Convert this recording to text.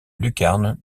lucarne